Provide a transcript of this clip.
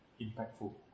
impactful